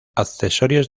accesorios